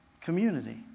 Community